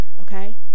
okay